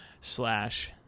slash